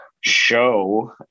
show